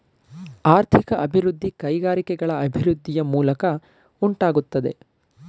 ಆರ್ಥಿಕ ಅಭಿವೃದ್ಧಿ ಕೈಗಾರಿಕೆಗಳ ಅಭಿವೃದ್ಧಿಯ ಮೂಲಕ ಉಂಟಾಗುತ್ತದೆ